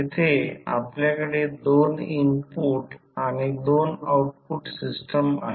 येथे आपल्याकडे 2 इनपुट आणि 2 आउटपुट सिस्टम आहे